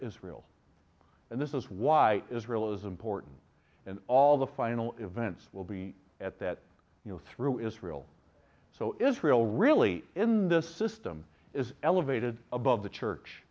israel and this is why israel is important and all the final events will be at that you know through israel so israel really in this system is elevated above the church